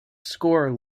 score